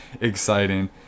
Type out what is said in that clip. exciting